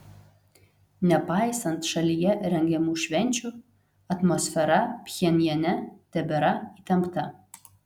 nepaisant šalyje rengiamų švenčių atmosfera pchenjane tebėra įtempta